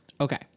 Okay